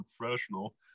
professional